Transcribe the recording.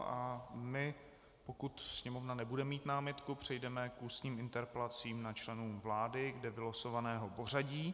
A pokud Sněmovna nebude mít námitku, přejdeme k ústním interpelacím na členy vlády dle vylosovaného pořadí.